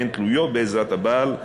הן תלויות בעזרת הבעל,